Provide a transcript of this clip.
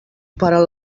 paren